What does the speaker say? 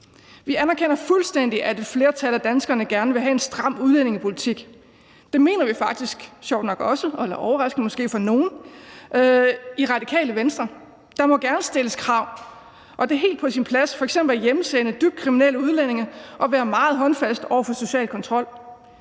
Vi anerkender fuldstændig, at et flertal af danskerne gerne vil have en stram udlændingepolitik, og det mener vi faktisk sjovt nok også i Radikale Venstre; måske er det overraskende for nogle. Der må gerne stilles krav, og det er helt på sin plads f.eks. at hjemsende dybt kriminelle udlændinge og være meget håndfast over for social kontrol.